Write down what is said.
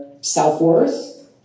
self-worth